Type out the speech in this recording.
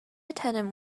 attendant